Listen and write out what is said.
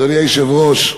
אדוני היושב-ראש,